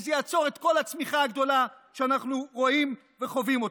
וזה יעצור את כל הצמיחה הגדולה שאנחנו רואים וחווים.